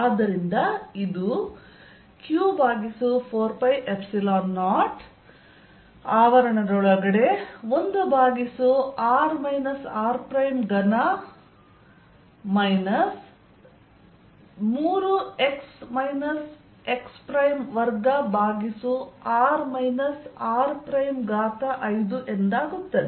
ಆದ್ದರಿಂದ ಇದು q4π0 1 ಭಾಗಿಸು r r3 minus 3x x2 ಭಾಗಿಸು r r5 ಎಂದಾಗುತ್ತದೆ